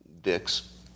Dick's